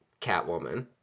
Catwoman